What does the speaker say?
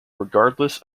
regardless